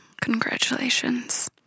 Congratulations